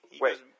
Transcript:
Wait